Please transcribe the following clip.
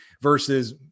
versus